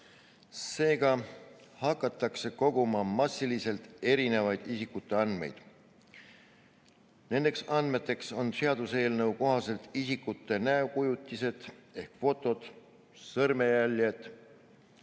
Seega hakatakse massiliselt koguma erinevaid isikuandmeid. Nendeks andmeteks on seaduseelnõu kohaselt isikute näokujutised ehk fotod, sõrmejäljed,